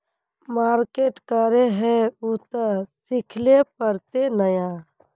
Market करे है उ ते सिखले पड़ते नय?